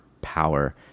power